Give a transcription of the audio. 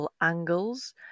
angles